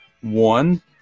one